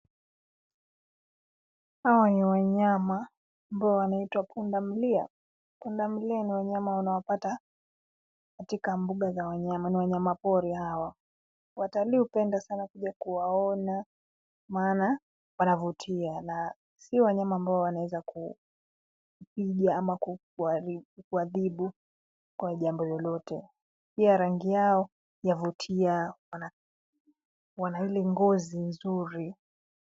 Hawa ni wanyama ambao wanaitwa pundamilia. Pundamilia ni wanyama unawapata katika mbuga za wanyama ni wanyamapori hawa. Watalii hupenda sana kuja kuwaona maana wanavutia na si wanyama ambao wanaweza kukupiga au kukuadhibu kwa jambo lolote pia rangi yao ya vutia na wana ile ngozi nzuri.